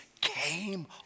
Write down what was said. came